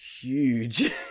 huge